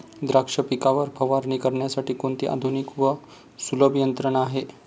द्राक्ष पिकावर फवारणी करण्यासाठी कोणती आधुनिक व सुलभ यंत्रणा आहे?